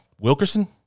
Wilkerson